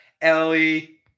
Ellie